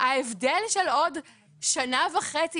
ההבדל של עוד שנה וחצי,